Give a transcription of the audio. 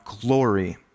glory